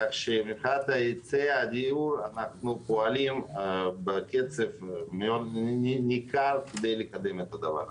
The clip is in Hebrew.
כך שמבחינת היצע הדיור אנחנו פועלים בקצב ניכר כדי לקדם את זה.